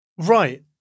right